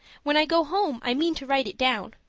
when i go home i mean to write it down.